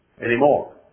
anymore